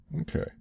Okay